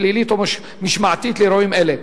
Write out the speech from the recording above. פלילית או משמעתית לאירועים אלה.